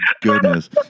goodness